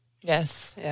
Yes